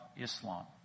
Islam